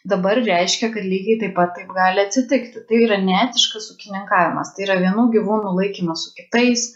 dabar reiškia kad lygiai taip pat taip gali atsitikti tai yra neetiškas ūkininkavimas tai yra vienų gyvūnų laikymas su kitais